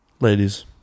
ladies